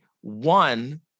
One